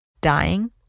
dying